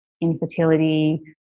infertility